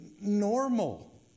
normal